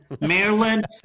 Maryland